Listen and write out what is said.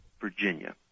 Virginia